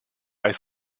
ice